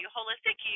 Holistic